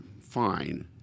fine